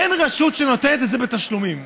אין רשות שנותנת את זה בתשלומים.